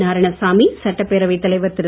நாராயணசாமி சட்டப்பேரவைத் தலைவர் திரு